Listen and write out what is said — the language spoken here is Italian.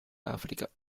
africa